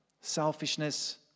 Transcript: selfishness